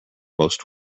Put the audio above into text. most